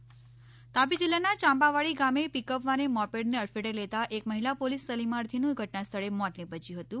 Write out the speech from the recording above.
અકસ્માત તાપી જીલ્લાના ચાંપાવાડી ગામે પીકઅપવાને મોપેડને અડફેટે લેતા એક મહીલા પોલીસ તાલીમાર્થીનું ઘટનાસ્થળે મોત નિપજ્યું હતું